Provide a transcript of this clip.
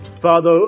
Father